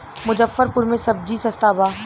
मुजफ्फरपुर में सबजी सस्ता बा